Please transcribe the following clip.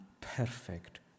perfect